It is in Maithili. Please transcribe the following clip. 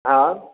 आंय